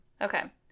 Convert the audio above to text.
Okay